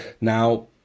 Now